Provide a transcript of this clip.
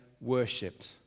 worshipped